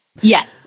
Yes